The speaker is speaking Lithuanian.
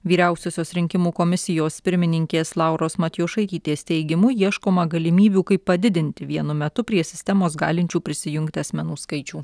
vyriausiosios rinkimų komisijos pirmininkės lauros matjošaitytės teigimu ieškoma galimybių kaip padidinti vienu metu prie sistemos galinčių prisijungti asmenų skaičių